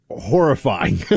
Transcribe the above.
horrifying